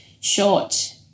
short